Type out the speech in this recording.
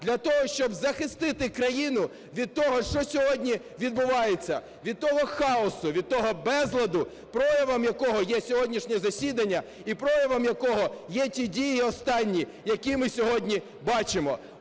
для того, щоб захистити країну від того, що сьогодні відбувається, від того хаосу, від того безладу, проявом якого є сьогоднішнє засідання і проявом якого є ті дії останні, які ми сьогодні бачимо.